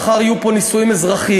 שמחר יהיו פה נישואים אזרחיים,